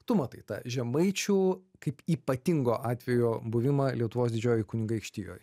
tu matai tą žemaičių kaip ypatingo atvejo buvimą lietuvos didžiojoj kunigaikštijoj